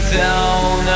down